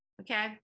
Okay